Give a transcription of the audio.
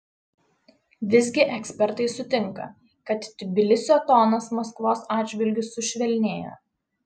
visgi ekspertai sutinka kad tbilisio tonas maskvos atžvilgiu sušvelnėjo